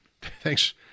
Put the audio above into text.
Thanks